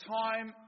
time